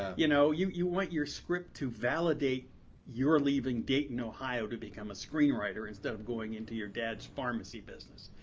you know you you want your script to validate your leaving dayton, ohio to become a screenwriter instead of going into your dad's pharmacy business.